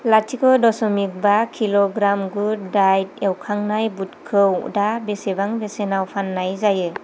लाथिख' दश'मिक बा किल'ग्राम गुड डायेट एवखांनाय बुदखौ दा बेसेबां बेसेनाव फाननाय जायो